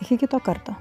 iki kito karto